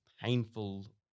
painful